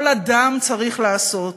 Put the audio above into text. כל אדם, צריך לעשות,